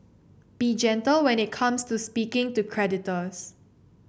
be gentle when it comes to speaking to creditors